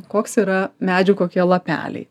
koks yra medžių kokie lapeliai